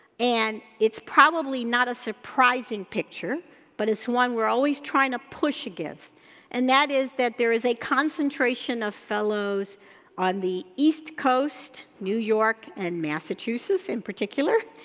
and it's probably not a surprising picture but it's one we're always trying to push against and that is that there is a concentration concentration of fellows on the east coast, new york and massachusets in particular,